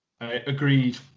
Agreed